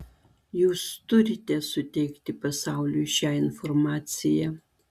jūs turite suteikti pasauliui šią informaciją